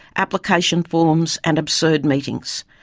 application forms and absurd meetings.